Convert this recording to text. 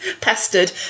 pestered